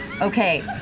Okay